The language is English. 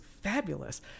fabulous